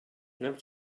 never